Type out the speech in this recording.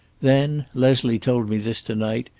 then, leslie told me this to-night,